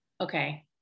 okay